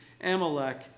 Amalek